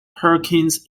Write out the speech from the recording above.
perkins